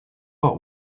what